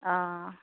অঁ